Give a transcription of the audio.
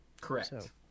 Correct